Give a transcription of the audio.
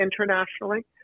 internationally